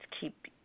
keep